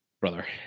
Brother